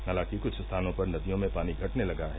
हालांकि कुछ स्थानों पर नदियों में पानी घटने लगा है